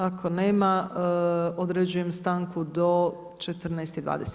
Ako nema, određujem stanku do 14,20.